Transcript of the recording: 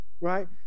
right